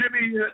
Jimmy